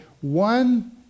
One